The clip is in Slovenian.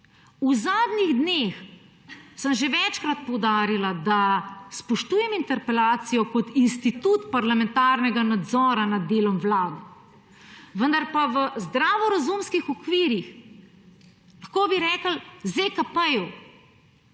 V zadnjih dneh sem že večkrat poudarila, da spoštujem interpelacijo kot institut parlamentarnega nadzora nad delom Vlade, vendar pa v zdravorazumskih okvirih, lahko bi rekli ZKP-ju,